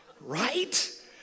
Right